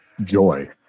joy